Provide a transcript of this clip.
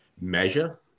measure